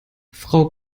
frau